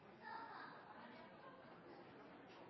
ja. Det er